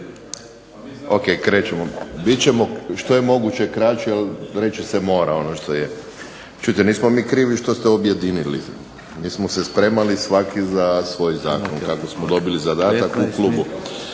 Bit ćemo što je moguće kraći jer reći se mora ono što je. Čujte nismo mi krivi što ste objedinili. Mi smo se spremali svaki za svoj zakon, kako smo dobili zadatak u klubu.